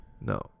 No